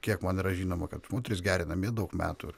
kiek man yra žinoma kad moteris geria namie daug metų ir